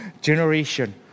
generation